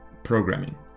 programming